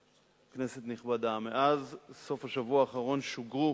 כנסת נכבדה, מאז סוף השבוע האחרון שוגרו